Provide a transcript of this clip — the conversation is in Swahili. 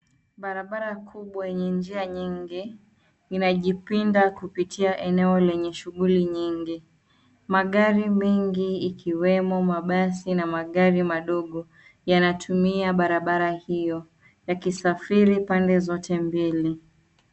Barabara kubwa yenye njia nyingi, inajipinda kupitia eneo lenye shughuli nyingi. Magari mengi ikiwemo mabasi na magari madogo, yanatumia barabara hiyo. Yakisafiri pande zote mbili.